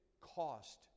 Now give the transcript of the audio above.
cost